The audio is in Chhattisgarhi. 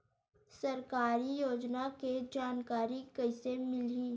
सरकारी योजना के जानकारी कइसे मिलही?